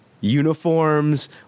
Uniforms